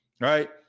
right